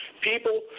people